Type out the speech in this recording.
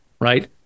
Right